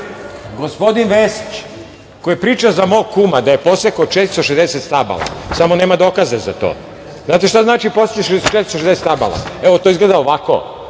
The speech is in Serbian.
Gospodin Vesić koji priča za mog kuma da je posekao 460 stabala samo nema dokaze za to, znate šta znači poseći 460 stabala? Evo to izgleda ovako.